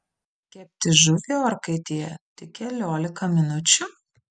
kepti žuvį orkaitėje tik keliolika minučių